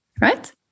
right